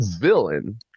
villain